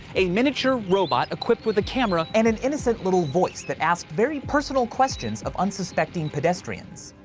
a miniature robot equipped with a camera and an innocent little voice that asked very personal questions of unsuspecting pedestrians.